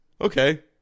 Okay